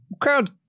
Crowd